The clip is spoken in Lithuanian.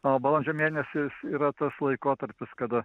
na o balandžio mėnesis yra tas laikotarpis kada